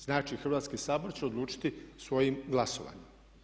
Znači, Hrvatski sabor će odlučiti svojim glasovanjem.